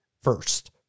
first